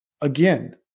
Again